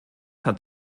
hat